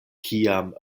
kiam